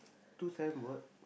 two signboard